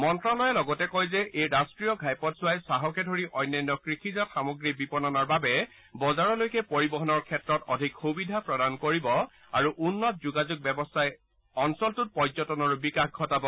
মন্তালয়ে লগতে কয় যে এই ৰাষ্টীয় ঘাইপথছোৱাই চাহকে ধৰি অন্যান্য কৃষিজাত সামগ্ৰী বিপণনৰ বাবে বজাৰলৈকে পৰিবহনৰ ক্ষেত্ৰত অধিক সুবিধা প্ৰদান কৰিব আৰু উন্নত যোগাযোগ ব্যৱস্থাই লগতে অঞ্চলটোত পৰ্যটনৰো বিকাশ ঘটাব